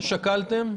שקלתם?